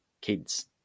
kids